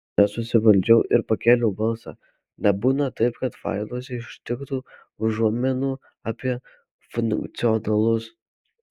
nesusivaldžiau ir pakėliau balsą nebūna taip kad failuose išliktų užuominų apie funkcionalus